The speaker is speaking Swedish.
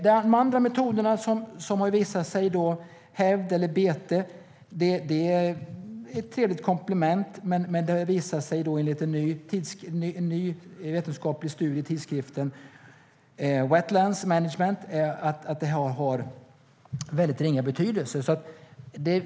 De andra metoderna, hävd eller bete, är ett trevligt komplement, men det visar sig enligt en ny vetenskaplig studie i tidskriften Wetlands Management att de har ringa betydelse.